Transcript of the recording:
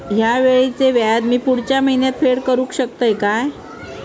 हया वेळीचे व्याज मी पुढच्या महिन्यात फेड करू शकतय काय?